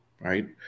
right